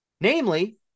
namely